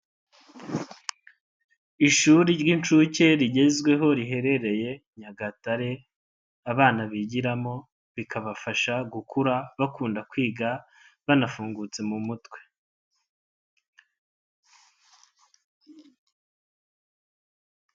Ishuri ry'incuke rigezweho riherereye Nyagatare abana bigiramo, bikabafasha gukura bakunda kwiga banafungutse mu mutwe.